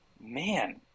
Man